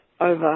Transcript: over